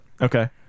Okay